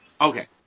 Okay